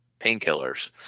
painkillers